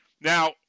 Now